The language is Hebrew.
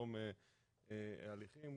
טרום הליכים.